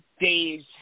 Days